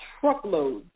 truckloads